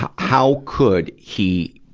how how could he,